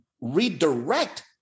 redirect